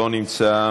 לא נמצא,